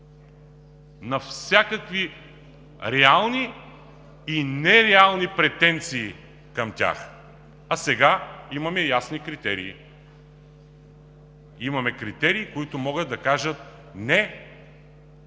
на всякакви реални и нереални претенции към тях. А сега имаме ясни критерии. Имаме критерии, които могат да кажат: „Не,